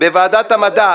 בוועדת המדע,